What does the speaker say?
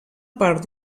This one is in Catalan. part